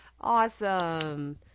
Awesome